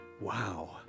Wow